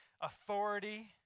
authority